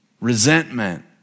resentment